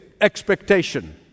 expectation